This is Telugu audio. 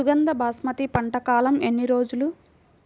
సుగంధ బాస్మతి పంట కాలం ఎన్ని రోజులు?